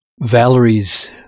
Valerie's